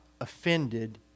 offended